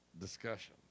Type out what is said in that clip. discussion